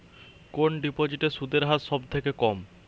কোন ডিপোজিটে সুদের হার সবথেকে কম?